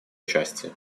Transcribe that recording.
участие